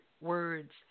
words